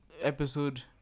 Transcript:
episode